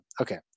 okay